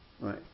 right